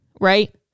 right